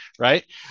right